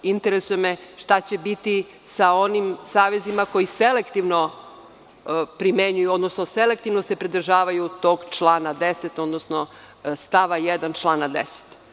Interesuje me šta će biti sa onim savezima koji selektivno primenjuju, odnosno selektivno se pridržavaju tog člana 10, odnosno stava 1. člana 10?